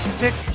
tick